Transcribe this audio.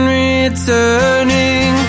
returning